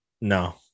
No